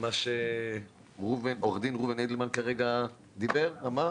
מה שעו"ד ראובן אידלמן כרגע דיבר ואמר?